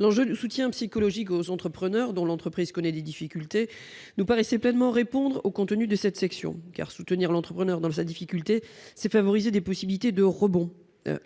L'enjeu de soutien psychologique aux entrepreneurs dont l'entreprise connaît des difficultés nous paraissait pleinement répondre au contenu de cette section. Soutenir un entrepreneur en difficulté revient en effet à favoriser des possibilités de rebond.